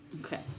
Okay